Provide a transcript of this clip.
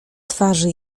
twarzy